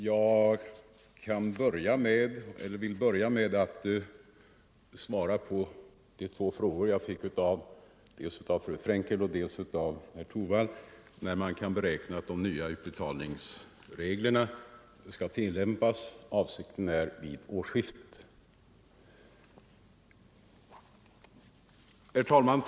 Herr talman! Jag vill börja med att svara på de två frågor som jag fått dels av fru Frenkel, dels av herr Torwald om när det kan beräknas att de nya utbetalningsreglerna skall börja tillämpas. Avsikten är att detta skall kunna ske från årsskiftet.